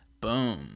Boom